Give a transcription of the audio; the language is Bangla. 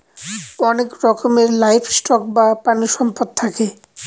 অনেক রকমের লাইভ স্টক বা প্রানীসম্পদ থাকে